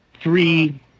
three